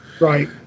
right